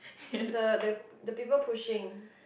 the the the people pushing